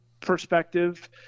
perspective